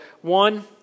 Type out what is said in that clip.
one